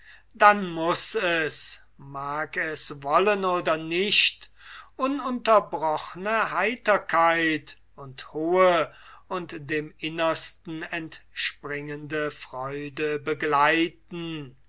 dann muß es mag es wollen oder nicht ununterbrochne heiterkeit und hohe und dem innersten entspringende freude begleiten